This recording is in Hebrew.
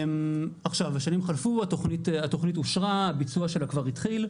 השנים חלפו, התוכנית אושרה, הביצוע שלה כבר התחיל.